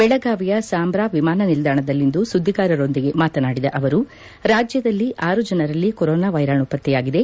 ಬೆಳಗಾವಿಯ ಸಾಂಭ್ರಾ ವಿಮಾನ ನಿಲ್ದಾಣದಲ್ಲಿಂದು ಸುದ್ದಿಗಾರರೊಂದಿಗೆ ಮಾತನಾಡಿದ ಅವರು ರಾಜ್ಯದಲ್ಲಿ ಆರು ಜನರಲ್ಲಿ ಕೊರೊನಾ ವೈರಾಣು ಪತ್ತೆಯಾಗಿದೆ